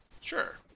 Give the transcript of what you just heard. Sure